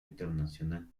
internacional